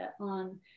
on